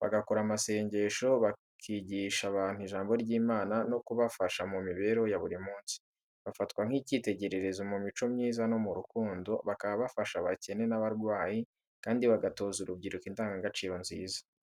bagakora amasengesho, bakigisha abantu ijambo ry’Imana no kubafasha mu mibereho ya buri munsi. Bafatwa nk’icyitegererezo mu mico myiza no mu rukundo, bakaba bafasha abakene n’abarwayi, kandi bagatoza urubyiruko indangagaciro nziza.